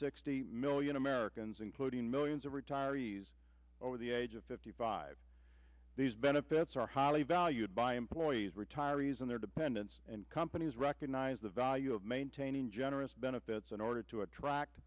sixty million americans including millions of retirees over the age of fifty five these benefits are highly valued by employees retirees and their dependents and companies recognize the value of maintaining generous benefits in order to attract